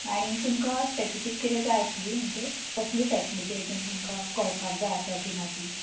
आनीक तुमकां स्पेसिफीक किदे जाय आसली म्हणजे कसली फेसिलीटी एज इन तुमकां कळपाक जाय आसा काय ना ती